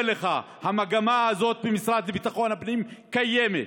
לך שהמגמה הזאת במשרד לביטחון הפנים קיימת.